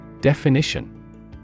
Definition